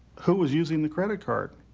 who was using the credit card?